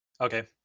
Okay